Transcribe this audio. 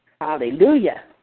Hallelujah